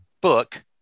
Book